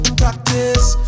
practice